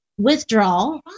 Withdrawal